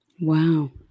Wow